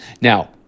Now